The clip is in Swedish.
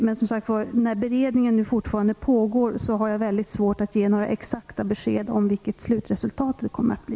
Men som sagt var, när beredningen fortfarande pågår har jag mycket svårt att ge några exakta besked om vilket slutresultatet kommer att bli.